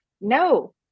no